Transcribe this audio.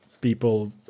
people